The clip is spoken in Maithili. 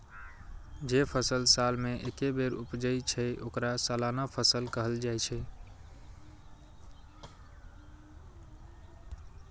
जे फसल साल मे एके बेर उपजै छै, ओकरा सालाना फसल कहल जाइ छै